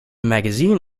magazine